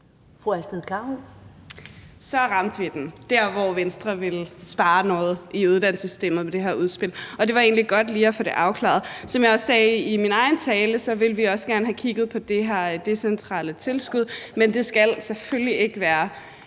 Så ramte vi den – der, hvor Venstre vil spare noget i uddannelsessystemet med det her udspil. Og det var egentlig godt lige at få det afklaret. Som jeg også sagde i min egen tale, vil vi også gerne have kigget på det her decentrale tilskud, men det skal selvfølgelig ikke betyde